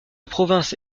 province